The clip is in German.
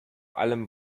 allem